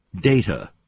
data